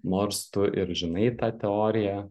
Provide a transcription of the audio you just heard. nors tu ir žinai tą teoriją